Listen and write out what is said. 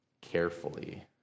carefully